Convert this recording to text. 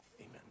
amen